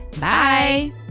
bye